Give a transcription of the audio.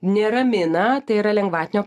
neramina tai yra lengvatinio